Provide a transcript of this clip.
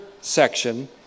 section